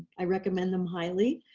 i recommend them highly.